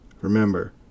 Remember